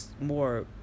more